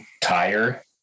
tire